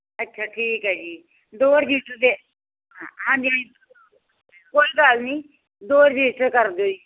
ਅੱਛਾ ਠੀਕ ਹੈ ਜੀ ਦੋ ਰਜਿਸਟਰ ਦੇ ਹਾਂਜੀ ਹਾਂਜੀ ਕੋਈ ਗੱਲ ਨਹੀਂ ਦੋ ਰਜਿਸਟਰ ਕਰ ਦਿਓ ਜੀ